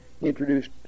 introduced